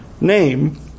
name